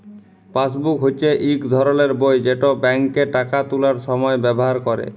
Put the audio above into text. passbook হচ্যে ইক ধরলের বই যেট ব্যাংকে টাকা তুলার সময় ব্যাভার ক্যরে